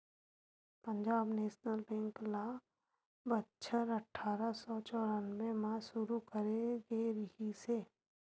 Punjab national bank ल बछर अठरा सौ चौरनबे म सुरू करे गे रिहिस हे